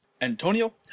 Antonio